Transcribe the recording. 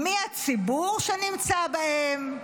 מי הציבור שנמצא בהם?